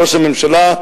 ראש הממשלה,